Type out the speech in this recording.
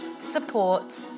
support